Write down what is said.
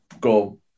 go